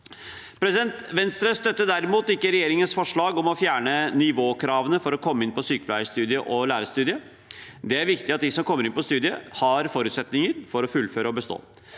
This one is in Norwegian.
studiedrømmen. Venstre støtter derimot ikke regjeringens forslag om å fjerne nivåkravene for å komme inn på sykepleierstudiet og lærerstudiet. Det er viktig at de som kommer inn på studiet, har forutsetninger for å fullføre og bestå.